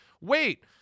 wait